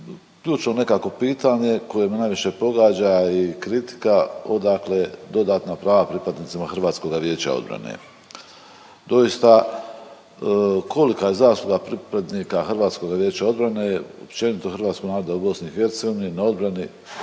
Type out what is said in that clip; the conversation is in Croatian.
ključno nekako pitanje koje me najviše pogađa i kritika odakle dodatna prava pripadnicima HVO-a. Doista, kolika je zasluga pripadnika HVO-a i općenito hrvatskog naroda u BiH na odbrani